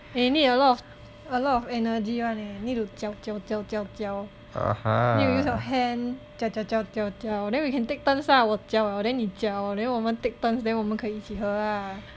eh need a lot of a lot of energy [one] leh need to 搅搅搅搅搅 need to use your hand 搅搅搅搅搅 then we can take turns lah 我搅 liao then 你搅 then 我们 take turns then 我们可以一起喝 lah